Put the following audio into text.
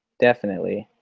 definitely.